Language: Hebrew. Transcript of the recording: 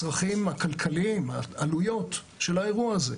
הצרכים הכלכליים, העלויות של האירוע הזה.